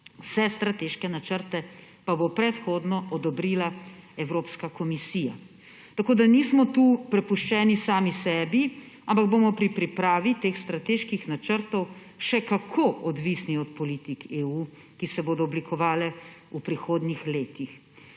Vse strateške načrte pa bo predhodno odobrila Evropska komisija, tako da nismo tu prepuščeni sami sebi, ampak bomo pri pripravi teh strateških načrtov še kako odvisni od politik EU, ki se bodo oblikovale v prihodnjih letih.